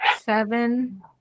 Seven